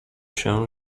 się